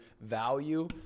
value